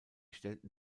stellten